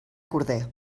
corder